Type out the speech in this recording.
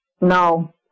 No